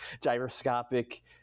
gyroscopic